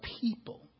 people